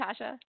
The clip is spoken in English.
Tasha